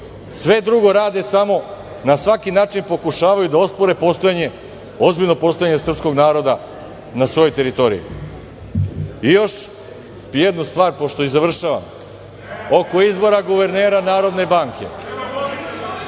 sve drugo rade, samo na svaki način pokušavaju da ospore postojanje, ozbiljno postojanje srpskog naroda na svojoj teritoriji. Još jednu stvar pa da završim, oko izbora guvernera Narodne banke.